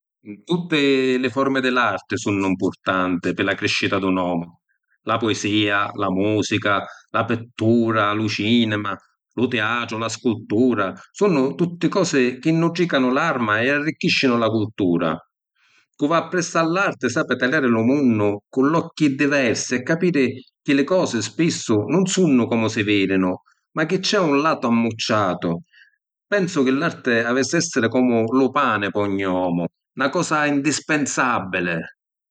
Tutti li formi di l’arti sunnu ‘mpurtanti pi la criscita di un omu. La puisia, la musica, la pittura, lu cinema, lu tiatru, la scultura, sunnu tutti cosi chi nutricanu l’arma e arricchiscinu la cultura. Cu’ va appressu a l’arti sapi taliàri lu munnu cu l’occhi diversi e capiri chi li cosi spissu nun sunnu comu si vidinu, ma chi c’è un latu ammucciàtu. Pensu chi l’arti avissi a essiri comu lu pani pi ognu omu, na cosa indispensabbili.